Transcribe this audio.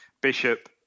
Bishop